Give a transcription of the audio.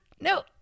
no